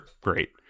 great